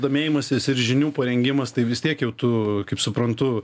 domėjimasis ir žinių parengimas tai vis tiek jau tu kaip suprantu